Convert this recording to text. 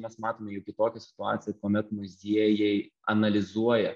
mes matome jau kitokią situaciją kuomet muziejai analizuoja